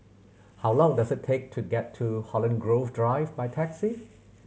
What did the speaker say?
how long does it take to get to Holland Grove Drive by taxi